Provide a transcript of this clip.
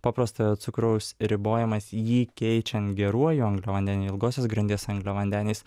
paprastojo cukraus ribojimas jį keičiant geruoju anglavandeniu ilgosios grandies angliavandeniais